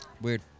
Weird